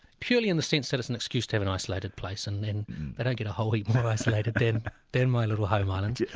purely in the sense that it's an excuse to have an isolated place and then they don't get a whole heap more isolated than my little home islands. yeah